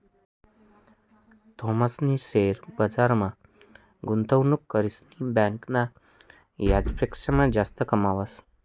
थॉमसनी शेअर बजारमा गुंतवणूक करीसन बँकना याजपक्सा जास्त कमावात